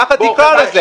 ככה תקרא לזה.